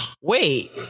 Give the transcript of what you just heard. Wait